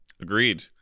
agreed